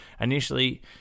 initially